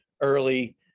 early